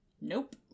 Nope